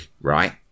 right